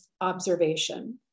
observation